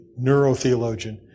neurotheologian